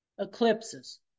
eclipses